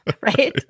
Right